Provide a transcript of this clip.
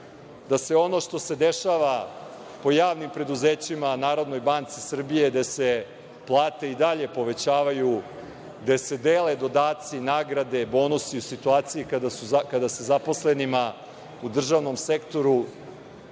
da se ono što se dešava po javnim preduzećima, NBS, gde se plate i dalje povećavaju, gde se dele dodaci, naknade, nagrade, bonusi, u situaciji kada se zaposlenima u državnom sektoru,